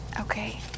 okay